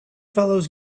fellows